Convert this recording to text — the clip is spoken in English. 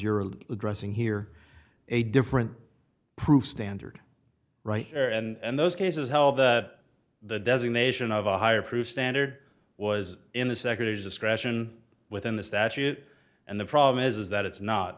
you're of addressing here a different proof standard right there and those cases hell that the designation of a higher proof standard was in the secretary's discretion within the statute and the problem is is that it's not